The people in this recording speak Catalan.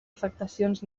afectacions